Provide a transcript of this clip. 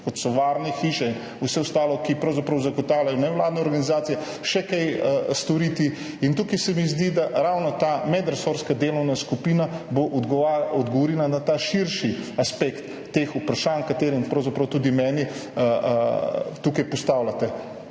kot so varne hiše, vse ostalo, kar pravzaprav zagotavljajo nevladne organizacije, še kaj storiti, in tukaj se mi zdi, da bo ravno ta medresorska delovna skupina odgovorila na ta širši aspekt teh vprašanj, katere pravzaprav tudi meni tukaj postavljate.